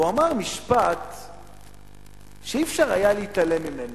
והוא אמר משפט שאי-אפשר להתעלם ממנו.